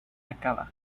acaba